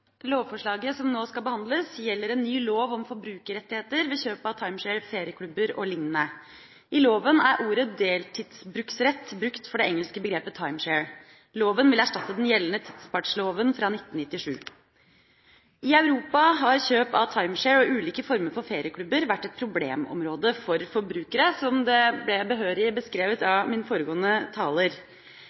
Lovforslaget som nå skal behandles, gjelder en ny lov om forbrukerrettigheter ved kjøp av timeshare, ferieklubber o.l. I loven er ordet «deltidsbruksrett» brukt for det engelske begrepet «timeshare». Loven vil erstatte den gjeldende tidspartloven fra 1997. I Europa har kjøp av timeshare og ulike former for ferieklubber vært et problemområde for forbrukere – som ble behørig beskrevet av foregående taler.